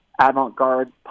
avant-garde